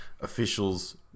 officials